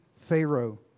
Pharaoh